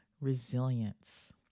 resilience